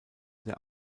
der